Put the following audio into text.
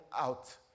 out